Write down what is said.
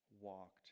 walked